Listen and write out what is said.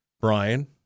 Brian